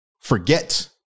forget